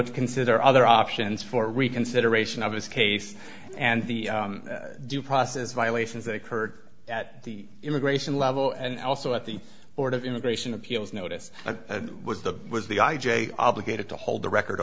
to consider other options for reconsideration of his case and the due process violations that occurred at the immigration level and also at the board of immigration appeals notice a was the was the i j a obligated to hold the record